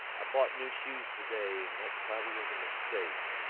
i bought new shoes today and that's probably was a mistake